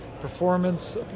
performance